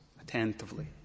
attentively